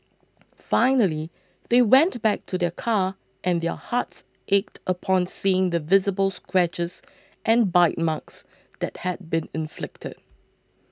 finally they went back to their car and their hearts ached upon seeing the visible scratches and bite marks that had been inflicted